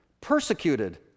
Persecuted